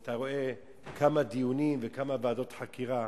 אתה רואה כמה דיונים וכמה ועדות חקירה.